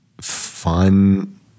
fun